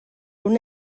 una